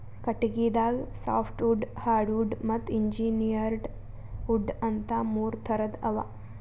ಕಟಗಿದಾಗ softwood hardwood ಮತ್ತ್ engineered wood ಅಂತಾ ಮೂರ್ ಥರದ್ ಅವಾ